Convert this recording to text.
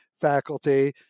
faculty